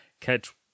Catch